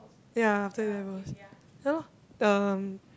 ya after A-levels ya lor um